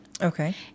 Okay